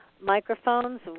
microphones